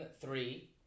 three